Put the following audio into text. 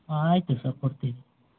ಹಾಂ ಆಯಿತು ಸರ್ ಕೊಡ್ತೀವಿ